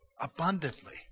abundantly